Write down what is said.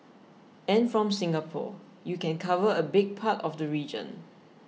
and from Singapore you can cover a big part of the region